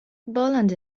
bolland